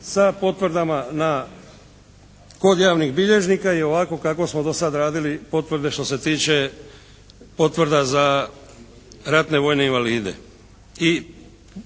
sa potvrdama kod javnih bilježnika i ovako kako smo do sad radili potvrde što se tiče potvrda za ratne vojne invalide